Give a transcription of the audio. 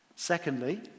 Secondly